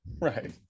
Right